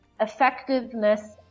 effectiveness